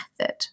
method